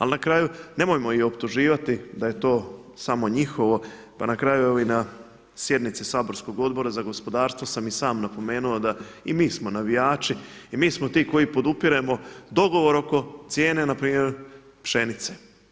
Ali na kraju nemojmo ih optuživati da je to samo njihovo pa na kraju evo i na sjednici saborskog Odbora za gospodarstvo sam i sam napomenuo da i mi smo navijači i mi smo ti koji podupiremo dogovor oko cijene npr. pšenice.